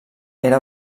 era